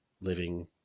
living